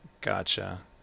Gotcha